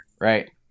right